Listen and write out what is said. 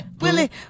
Willie